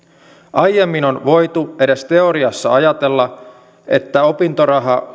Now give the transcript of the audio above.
aiemmin on voitu edes teoriassa ajatella että opintoraha